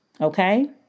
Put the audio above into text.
Okay